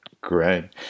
Great